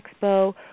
Expo